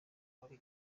muri